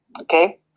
Okay